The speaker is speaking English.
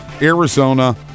Arizona